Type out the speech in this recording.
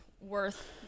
worth